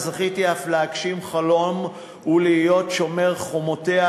וזכיתי אף להגשים חלום ולהיות שומר חומותיה